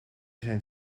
zijn